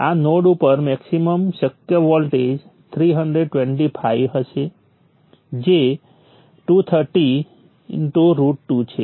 આ નોડ ઉપર મેક્સિમમ શક્ય વોલ્ટેજ 325 હશે જે 230√2 છે